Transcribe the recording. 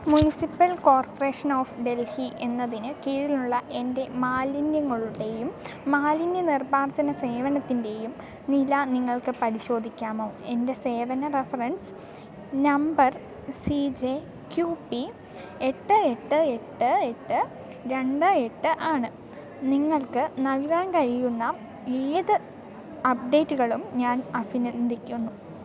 municipal corporation of Delhi എന്നതിന് കീഴിലുള്ള എൻ്റെ മാലിന്യങ്ങളുടെയും മാലിന്യ നിർമ്മാർജ്ജന സേവനത്തിൻ്റെയും നില നിങ്ങൾക്ക് പരിശോധിക്കാമോ എൻ്റെ സേവന reference number C J Q P എട്ട് എട്ട് എട്ട് എട്ട് രണ്ട് എട്ട് ആണ് നിങ്ങൾക്ക് നൽകാൻ കഴിയുന്ന ഏത് അപ്ഡേറ്റുകളും ഞാൻ അഭിനന്ദിക്കുന്നു